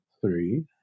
Three